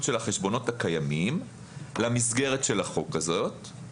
של החשבונות הקיימים למסגרת של החוק הזה,